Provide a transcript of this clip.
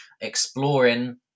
exploring